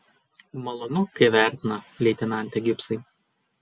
malonu kai vertina leitenante gibsai